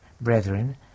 Brethren